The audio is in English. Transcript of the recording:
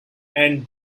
and